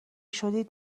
شدید